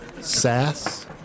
Sass